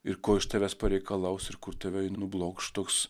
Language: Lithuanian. ir ko iš tavęs pareikalaus ir kur tave ji nublokš toks